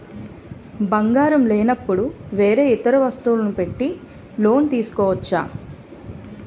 బంగారం లేనపుడు వేరే ఇతర వస్తువులు పెట్టి లోన్ తీసుకోవచ్చా?